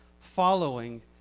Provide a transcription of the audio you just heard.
following